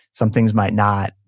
some things might not,